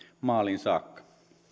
maaliin saakka